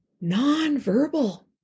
non-verbal